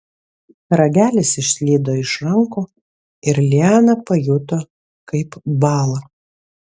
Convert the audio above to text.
ragelis išslydo iš rankų ir liana pajuto kaip bąla